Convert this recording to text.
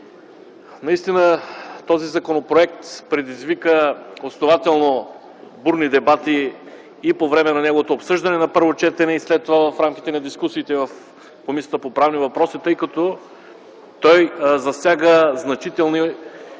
Този законопроект предизвика основателно бурни дебати и по време на неговото обсъждане на първо четене, и след това в рамките на дискусиите в Комисията по правни въпроси, тъй като той засяга значителни